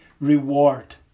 reward